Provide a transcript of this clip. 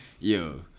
yo